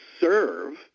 serve